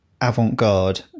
avant-garde